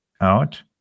out